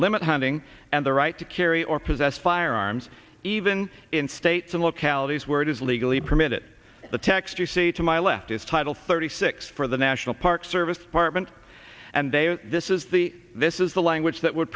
limit hunting and the right to carry or possess firearms even in states and localities where it is legally permitted the text you see to my left is title thirty six for the national park service department and they are this is the this is the language that w